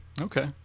Okay